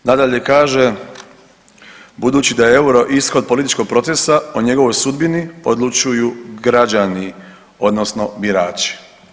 Nadalje kaže, budući da je EUR-o ishod političkog procesa o njegovoj sudbini odlučuju građani odnosno birači.